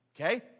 Okay